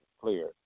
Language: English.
clear